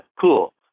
cool